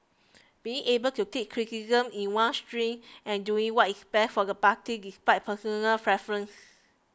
being able to take criticism in one's stride and doing what is best for the party despite personal preferences